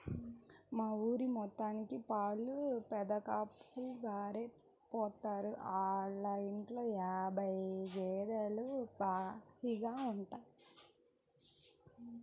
మా ఊరి మొత్తానికి పాలు పెదకాపుగారే పోత్తారు, ఆళ్ళ ఇంట్లో యాబై గేదేలు పైగా ఉంటయ్